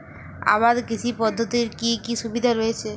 আবাদ কৃষি পদ্ধতির কি কি সুবিধা রয়েছে?